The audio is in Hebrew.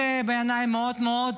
זה בעיניי מאוד מאוד